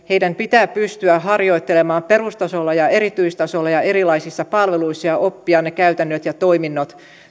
pitää pystyä harjoittelemaan perustasolla ja erityistasolla ja erilaisissa palveluissa ja oppia ne käytännöt ja toiminnot